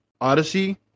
Odyssey